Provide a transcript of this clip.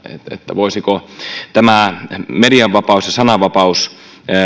voisiko tämä medianvapaus ja sananvapaus